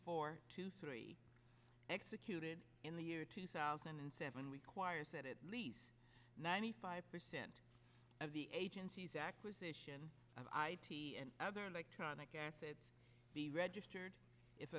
four two three executed in the year two thousand and seven requires that at least ninety five percent of the agency's acquisition of i t and other electronic assets be registered i